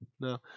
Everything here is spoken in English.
no